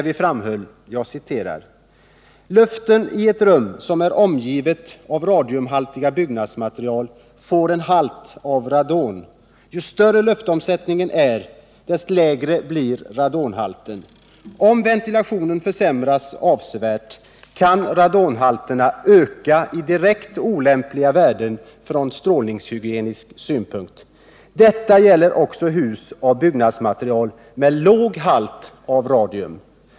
Vi anförde där: ”Luften i ett rum som är omgivet av radiumhaltiga byggnadsmaterial får en halt av radon. Ju större luftomsättningen är, desto lägre blir radonhalten. Om ventilationen försämras avsevärt kan radonhalterna öka i direkt olämpliga värden från strålningshygienisk synpunkt. Detta gäller också hus av byggnadsmaterial med låg halt av radium.